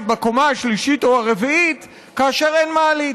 בקומה השלישית או הרביעית כאשר אין מעלית,